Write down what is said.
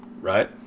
Right